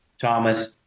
Thomas